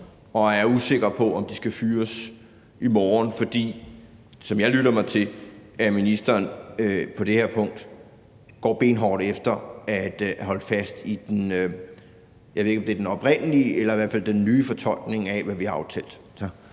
og er usikre på, om de skal fyres i morgen, fordi – som jeg lytter mig til det – ministeren på det punkt går benhårdt efter at holde fast i, jeg ved ikke, om det er den oprindelige eller den nye fortolkning af, hvad vi har aftalt.